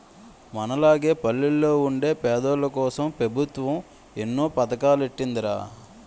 మనలాగ పల్లెల్లో వుండే పేదోల్లకోసం పెబుత్వం ఎన్నో పదకాలెట్టీందిరా